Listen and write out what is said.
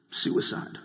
suicide